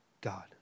God